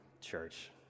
church